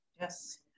Yes